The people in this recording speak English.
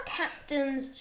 captains